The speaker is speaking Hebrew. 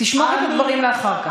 תשמור את הדברים לאחר כך.